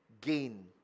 gain